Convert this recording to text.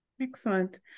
Excellent